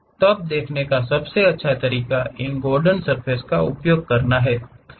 तब देखने का सबसे अच्छा तरीका इन गॉर्डन सर्फ़ेस का उपयोग करना है